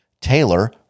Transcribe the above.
Taylor